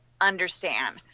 understand